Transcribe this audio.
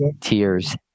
tears